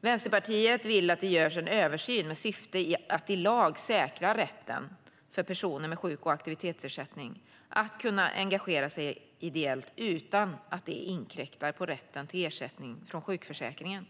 Vänsterpartiet vill att det görs en översyn med syfte att i lag säkra rätten för personer med sjuk och aktivitetsersättning att engagera sig ideellt utan att det inkräktar på rätten till ersättning från sjukförsäkringen.